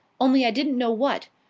only i didn't know what.